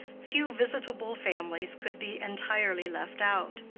few visitable families could be entirely left out.